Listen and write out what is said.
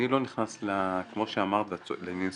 אני לא נכנס, כמו שאמרת, לדברים ספציפיים,